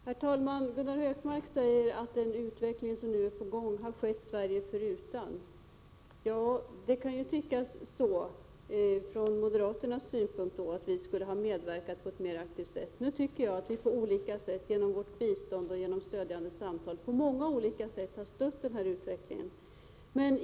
Herr talman! Gunnar Hökmark säger att den utveckling som nu är på gång har skett Sverige förutan. Ja, det kan, från moderaternas synpunkt, tyckas att vi borde ha medverkat på ett mera aktivt sätt. Jag tycker att vi på många olika sätt, genom vårt bistånd och genom stödjande samtal, har stött denna utveckling.